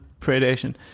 predation